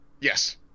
Yes